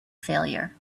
failure